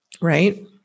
right